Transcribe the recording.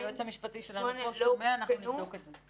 היועץ המשפטי שלנו פה שומע, אנחנו נבדוק את זה.